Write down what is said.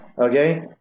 Okay